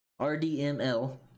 RDML